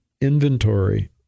inventory